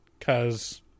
Cause